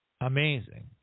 amazing